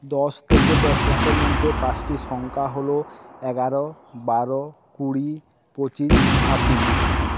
দশ থেকে দশ লাখের মধ্যে পাঁচটি সংখ্যা হল এগারো বারো কুড়ি পঁচিশ ছাব্বিশ